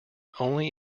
only